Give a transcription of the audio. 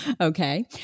Okay